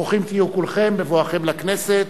ברוכים תהיו כולכם בבואכם לכנסת,